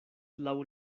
laŭ